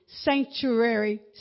sanctuary